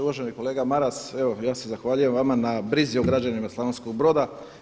Uvaženi kolega Maras, evo ja se zahvaljujem vama na brizi o građanima Slavonskog Broda.